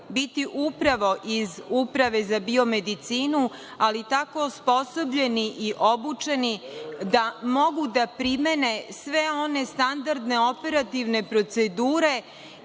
biti upravo iz Uprave za biomedicinu, ali tako osposobljeni i obučeni da mogu da primene sve one standardne operativne procedure